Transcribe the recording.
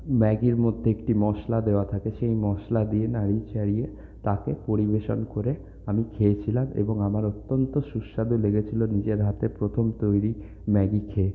ম্যাগির মধ্যে একটি মশলা দেওয়া থাকে সেই মশলা দিয়ে নাড়িয়ে চাড়িয়ে তাকে পরিবেশন করে আমি খেয়েছিলাম এবং আমার অত্যন্ত সুস্বাদু লেগেছিল নিজের হাতে প্রথম তৈরি ম্যাগি খেয়ে